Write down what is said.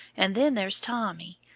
and then there's tommy,